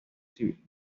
civil